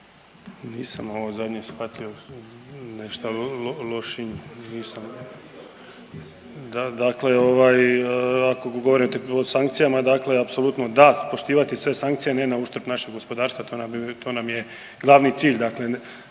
Nisam ovo zadnje shvatio, nešta Lošinj, nisam. Da, dakle ovaj ako govorite o sankcijama dakle apsolutno da poštivati sve sankcije, a ne na uštrb našeg gospodarstva, to nam je glavni cilj dakle